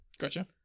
Gotcha